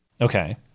Okay